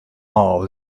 off